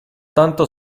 tanto